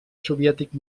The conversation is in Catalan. soviètic